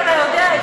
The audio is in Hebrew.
ואתה יודע את זה.